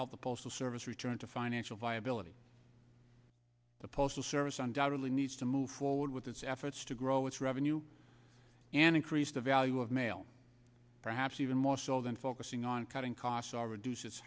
help the postal service return to financial viability the postal service undoubtedly needs to move forward with its efforts to grow its revenue and increase the value of mail perhaps even more so than focusing on cutting costs or reduces